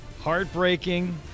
heartbreaking